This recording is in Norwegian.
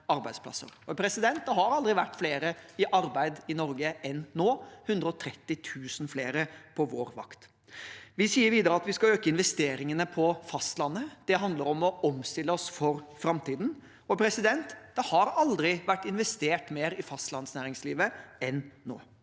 Og det har aldri vært flere i arbeid i Norge enn nå. Det er 130 000 flere på vår vakt. Vi sier videre at vi skal øke investeringene på fastlandet. Det handler om å omstille oss for framtiden. Og det har aldri vært investert mer i fastlandsnæringslivet enn nå.